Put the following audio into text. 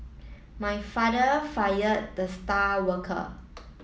my father fired the star worker